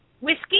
Whiskey